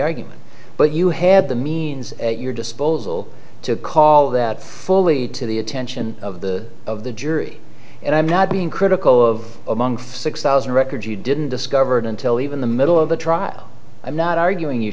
argument but you had the means at your disposal to call that fully to the attention of the of the jury and i'm not being critical of long six thousand records he didn't discovered until even the middle of the trial i'm not arguing you